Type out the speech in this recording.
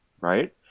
Right